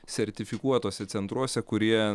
sertifikuotuose centruose kurie